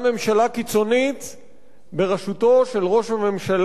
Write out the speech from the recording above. בראשותו של ראש הממשלה המנוח, זיכרונו לברכה,